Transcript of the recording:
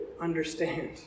understand